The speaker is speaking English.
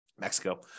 Mexico